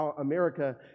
America